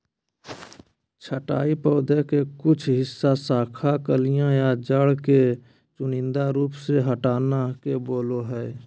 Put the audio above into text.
छंटाई पौधा के कुछ हिस्सा, शाखा, कलियां या जड़ के चुनिंदा रूप से हटाना के बोलो हइ